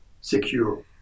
secure